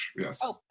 Yes